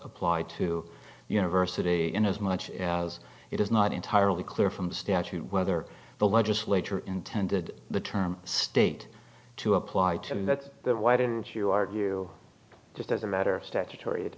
apply to university and as much as it is not entirely clear from the statute whether the legislature intended the term state to apply to mean that why didn't you argue just as a matter of statutory